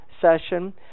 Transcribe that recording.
session